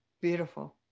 Beautiful